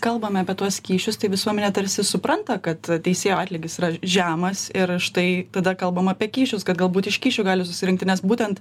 kalbam apie tuos kyšius tai visuomenė tarsi supranta kad teisėjo atlygis yra žemas ir štai tada kalbam apie kyšius kad galbūt iš kyšių gali susirinkti nes būtent